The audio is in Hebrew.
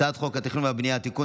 הצעת חוק התכנון והבנייה (תיקון,